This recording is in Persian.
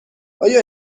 آیا